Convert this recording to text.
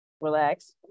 Relax